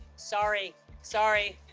sorry sorry.